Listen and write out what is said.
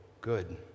good